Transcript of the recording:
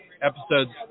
episodes